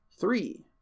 Three